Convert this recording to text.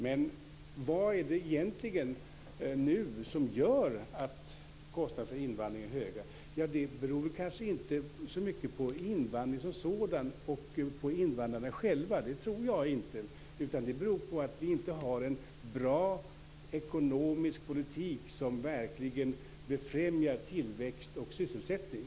Men vad är det egentligen nu som gör att kostnaderna för invandringen är höga? Jag tror inte att det beror så mycket på invandringen som sådan och på invandrarna själva, utan det beror på att vi inte har en bra ekonomisk politik som verkligen befrämjar tillväxt och sysselsättning.